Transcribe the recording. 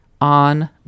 on